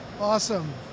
Awesome